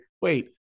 wait